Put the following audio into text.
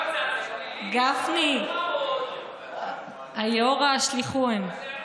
גפני, היאורה השליכום.